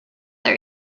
are